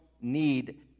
need